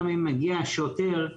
גם אם מגיע שוטר,